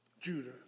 Judah